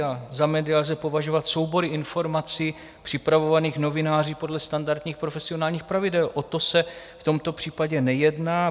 Za média lze považovat soubory informací připravovaných novináři podle standardních profesionálních pravidel, o to se v tomto případě nejedná.